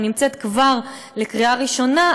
שנמצאת כבר לקריאה ראשונה,